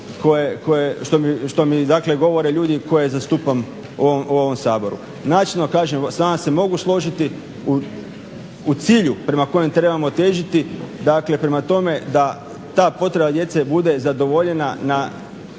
što mi govore ljudi koje zastupam u ovom Saboru. Načelno kažem, s vama se mogu složiti u cilju prema kojem trebamo težiti dakle prema tome da ta potreba djece bude zadovoljena na